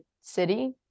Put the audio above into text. city